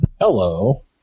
Hello